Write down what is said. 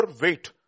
wait